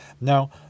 Now